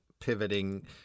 pivoting